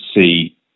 see